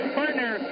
partner